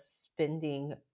spending